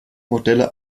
modelle